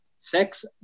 Sex